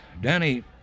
Danny